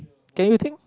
can you think